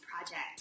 project